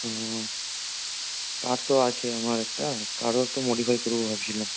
ও car তো আছে আমার একটা কারও একটু মডিফাই করব ভাবছিলাম